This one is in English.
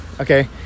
okay